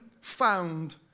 found